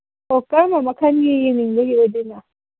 ꯑꯣ ꯀꯔꯝꯕ ꯃꯈꯜꯒꯤ ꯌꯦꯡꯅꯤꯡꯕꯒꯤ ꯑꯣꯏꯗꯣꯏꯅꯣ